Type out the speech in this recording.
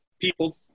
people